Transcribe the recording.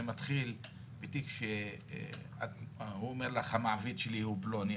זה מתחיל בתיק שהוא אומר לך המעביד שלי הוא פלוני,